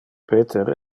peter